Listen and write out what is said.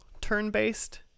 turn-based